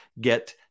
get